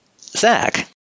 Zach